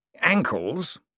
ankles